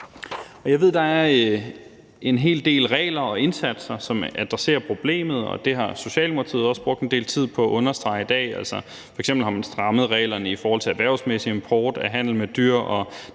Jeg ved, at der er en hel del regler og indsatser, som adresserer problemet. Det har Socialdemokratiets ordfører også brugt en del tid på at understrege i dag. F.eks. har man strammet reglerne i forhold til erhvervsmæssig import af handel med dyr, og